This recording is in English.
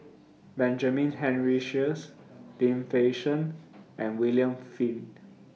Benjamin Henry Sheares Lim Fei Shen and William Flint